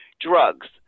drugs